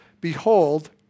Behold